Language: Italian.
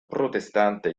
protestante